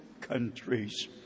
countries